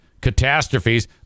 catastrophes